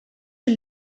who